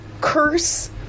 curse